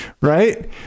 right